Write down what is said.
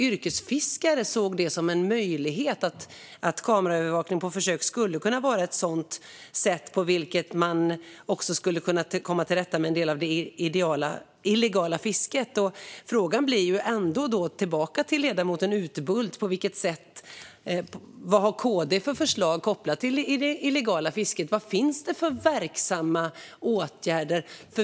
Yrkesfiskare såg det som en möjlighet att kameraövervakning på försök skulle kunna vara ett sätt på vilket man också skulle kunna komma till rätta med det illegala fisket. Frågan blir ändå tillbaka till ledamot Utbult vad KD har för förslag rörande det illegala fisket. Vad finns det för verksamma åtgärder?